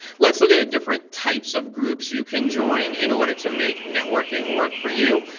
let's look ah at different types of groups you can join in order to make networking work for you.